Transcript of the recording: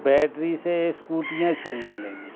battery سے اسکوٹیاں چلنے لگی